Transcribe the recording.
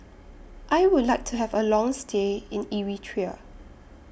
I Would like to Have A Long stay in Eritrea